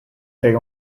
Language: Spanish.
pega